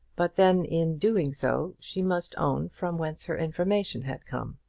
but then in doing so she must own from whence her information had come.